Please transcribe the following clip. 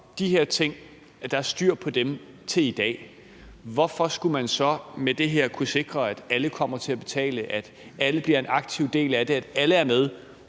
de her ting, altså at der er styr på dem, til i dag, hvorfor skulle man så med det her kunne sikre, at alle kommer til at betale, at alle bliver en aktiv del af det, altså at alle er med